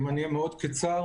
אני אהיה מאוד קצר.